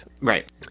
Right